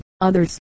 Others